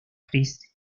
christ